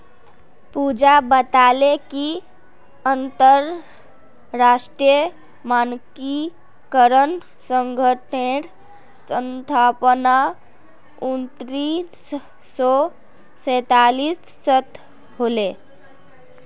पूजा बताले कि अंतरराष्ट्रीय मानकीकरण संगठनेर स्थापना उन्नीस सौ सैतालीसत होले